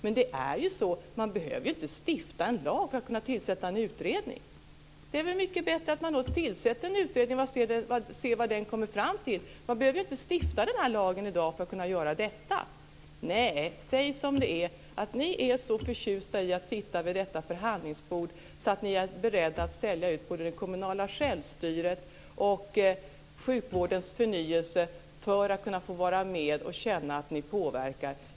Man behöver faktiskt inte stifta en lag för att kunna tillsätta en utredning. Det är väl mycket bättre att tillsätta en utredning så får man se vad den kommer fram till. Man behöver inte stifta den här lagen i dag för att kunna göra detta. Nej, säg som det är, nämligen att ni är så förtjusta i att sitta vid detta förhandlingsbord att ni är beredda att sälja ut både det kommunala självstyret och sjukvårdens förnyelse för att kunna få vara med och känna att ni påverkar!